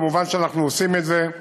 כמובן שאנחנו עושים את זה,